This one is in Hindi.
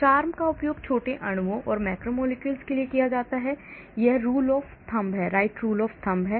CHARMM का उपयोग छोटे अणुओं और macromolecules के लिए किया जाता है यह rule of thumb है